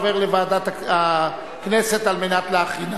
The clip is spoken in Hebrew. הוא עובר לוועדת הכנסת על מנת להכינו.